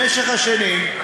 במשך השנים,